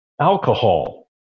alcohol